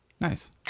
nice